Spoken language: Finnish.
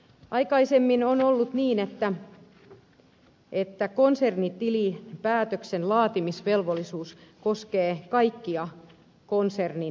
aikaisemmin on ollut niin että konsernitilinpäätöksen laatimisvelvollisuus koskee kaikkia konsernin tasoja